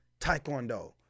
taekwondo